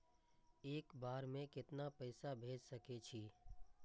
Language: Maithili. एक बार में केतना पैसा भेज सके छी?